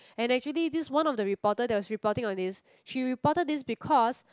and actually this one of the reporter that was reporting on this she reported this because